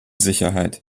sicherheit